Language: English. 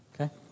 okay